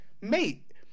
mate